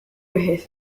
vejez